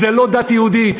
זאת לא דת יהודית.